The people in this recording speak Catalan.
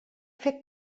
fer